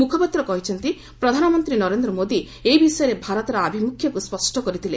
ମୁଖପାତ୍ର କହିଛନ୍ତି ପ୍ରଧାନମନ୍ତ୍ରୀ ନରେନ୍ଦ୍ର ମୋଦି ଏ ବିଷୟରେ ଭାରତର ଆଭିମୁଖ୍ୟକୁ ସ୍ୱଷ୍ଟ କରିଥିଲେ